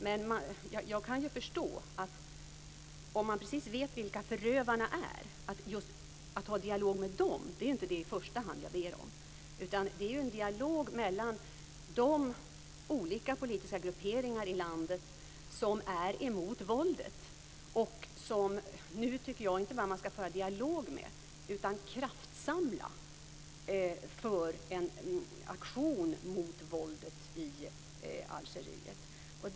Men även om man vet precis vilka förövarna är ber jag inte i första hand om en dialog med dem, utan om en dialog mellan de olika politiska grupperingar i landet som är emot våldet. Jag tycker att man nu skall inte bara föra en dialog med dem utan också kraftsamla för en aktion mot våldet i Algeriet.